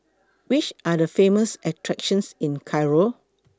Which Are The Famous attractions in Cairo